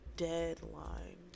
Deadline